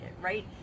right